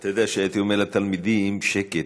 אתה יודע, כשהייתי אומר לתלמידים "שקט",